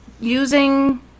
using